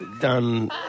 done